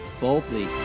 boldly